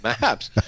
Maps